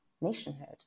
nationhood